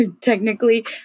technically